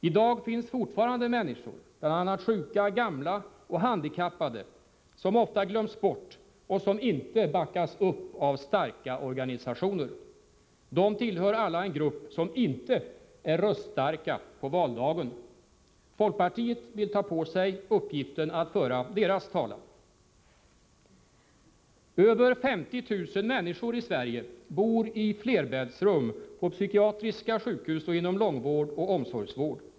I dag finns fortfarande människor, bl.a. sjuka, gamla och handikappade, som glöms bort och som inte backas upp av starka organisationer. De tillhör alla en grupp som inte är röststarka på valdagen. Folkpartiet vill ta på sig uppgiften att föra deras talan. Över 50 000 människor i Sverige bor i flerbäddsrum på psykiatriska sjukhus och inom långvård och omsorgsvård.